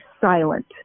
silent